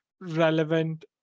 relevant